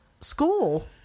School